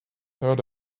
heard